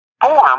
form